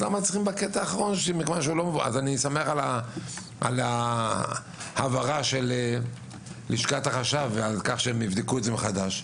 אני שמח על ההבהרה של לשכת החשב על כך שיבדקו זאת מחדש,